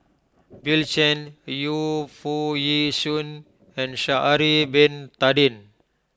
Bill Chen Yu Foo Yee Shoon and Sha'ari Bin Tadin